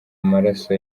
amaraso